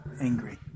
angry